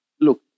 look